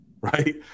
right